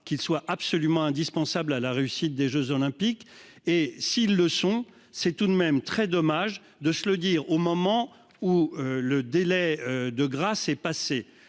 qu'il soit absolument indispensable à la réussite des Jeux olympiques et s'ils le sont, c'est tout de même très dommage de se le dire au moment où le délai de grâce est passé